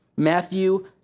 Matthew